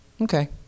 okay